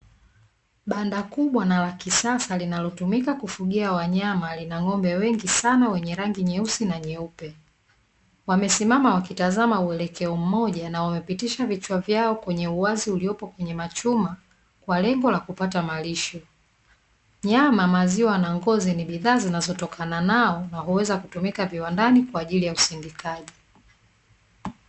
Banda kubwa na la kisasa, linalotumika kufugia wanyama, lina ng'ombe wengi sana, wenye rangi nyeusi na nyeupe, wamesimama wakitazama uelekeo mmoja na wamepitisha vichwa vyao kwenye uwazi uliopo kwenye machuma. Kwa, lengo la kupata malisho, nyama, maziwa, na ngozi ni bidhaa zinazotokana nao, na huweza kutumika viwandani, kwa, ajili ya usindikaji.